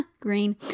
Green